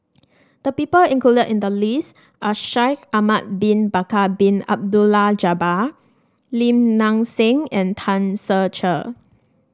the people included in the list are Shaikh Ahmad Bin Bakar Bin Abdullah Jabbar Lim Nang Seng and Tan Ser Cher